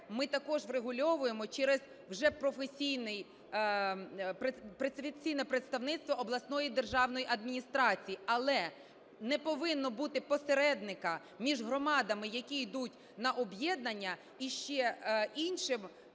ми також врегульовуємо через вже професійне представництво обласної державної адміністрації. Але не повинно бути посередника між громадами, які йдуть на об'єднання, і ще іншим